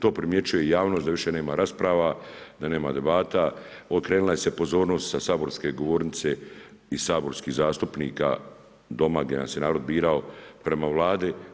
To primjećuje i javnost da više nema rasprava, da nema debata, okrenula se pozornost sa saborske govornice i saborskih zastupnika, doma gdje nas je narod birao, prema Vladi.